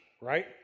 right